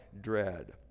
dread